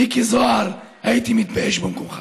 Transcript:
מיקי זוהר, הייתי מתבייש במקומך.